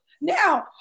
Now